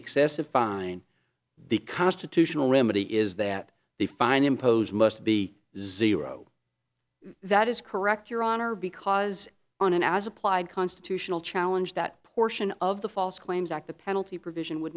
excess of fine the constitutional remedy is that the fine imposed must be zero that is correct your honor because on an as applied constitutional challenge that portion of the false claims act the penalty provision would